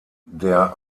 der